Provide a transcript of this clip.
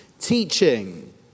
teaching